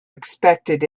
expected